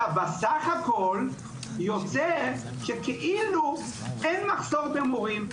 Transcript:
בסך הכול יוצא שכאילו אין מחסור במורים.